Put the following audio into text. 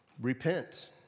Repent